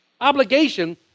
obligation